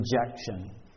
rejection